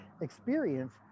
experience